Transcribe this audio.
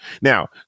Now